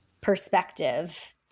perspective